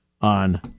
on